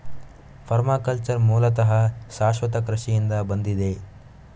permaculture ಮೂಲತಃ ಶಾಶ್ವತ ಕೃಷಿಯಿಂದ ಬಂದಿದೆ